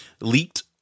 Leaked